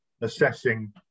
assessing